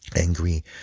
angry